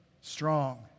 strong